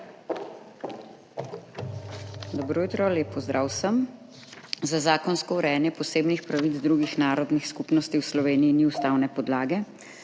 Dobro jutro. Lep pozdrav vsem! Za zakonsko urejanje posebnih pravic drugih narodnih skupnosti v Sloveniji ni ustavne podlage,